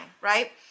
right